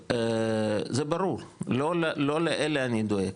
זה ברור, לא לאלה אני דואג.